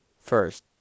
First